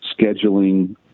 scheduling